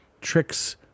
tricks